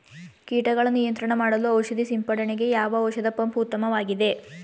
ಕೀಟಗಳ ನಿಯಂತ್ರಣ ಮಾಡಲು ಔಷಧಿ ಸಿಂಪಡಣೆಗೆ ಯಾವ ಔಷಧ ಪಂಪ್ ಉತ್ತಮವಾಗಿದೆ?